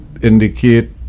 indicate